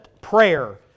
prayer